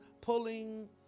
pulling